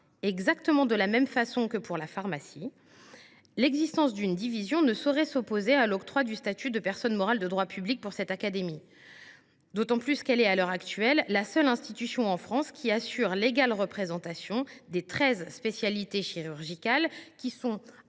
exactement de la même façon que pour la pharmacie, l’existence d’une division ne saurait s’opposer à l’octroi du statut de personne morale de droit public pour cette académie, et ce d’autant qu’elle est, à l’heure actuelle, la seule institution en France assurant l’égale représentation des treize spécialités chirurgicales que sont,